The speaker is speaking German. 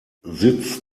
sitz